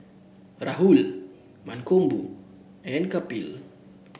Rahul Mankombu and Kapil